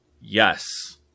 Yes